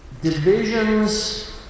divisions